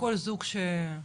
לכל זוג שהתחתן,